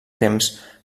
temps